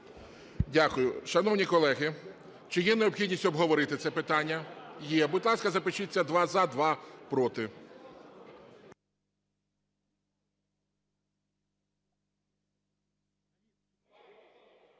Дякую. Шановні колеги, чи є необхідність обговорити це питання? Є. Будь ласка, запишіться: два – за, два – проти.